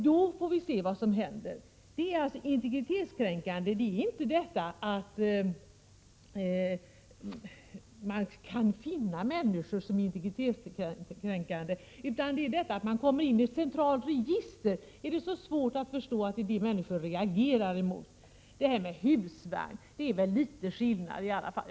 Då kan vi se vad som händer sedan. Det är inte att finna människor som är integritetskränkande, utan det är att man kommer in i ett centralt register. Är det så svårt att förstå att det är detta människor reagerar emot? Det är väl litet skillnad med husvagnarna?